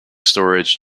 storage